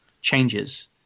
changes